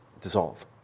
dissolve